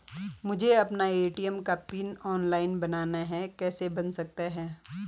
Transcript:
मुझे अपना ए.टी.एम का पिन ऑनलाइन बनाना है कैसे बन सकता है?